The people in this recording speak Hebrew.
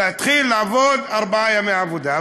להתחיל לעבוד ארבעה ימי עבודה.